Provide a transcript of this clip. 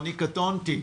קטונתי,